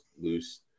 loose